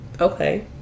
Okay